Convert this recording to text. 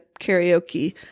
karaoke